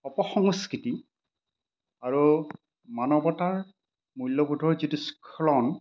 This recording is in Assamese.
অপসংস্কৃতি আৰু মানৱতাৰ মূল্যবোধৰ যিটো স্খলন